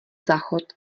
záchod